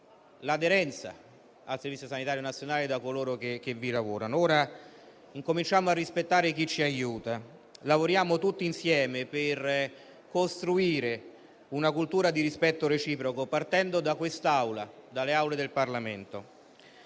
l'aderenza ad esso da parte di coloro che vi lavorano. Cominciamo a rispettare chi ci aiuta. Lavoriamo tutti insieme per costruire una cultura di rispetto reciproco, partendo dalle Aule del Parlamento.